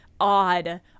odd